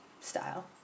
style